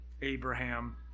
Abraham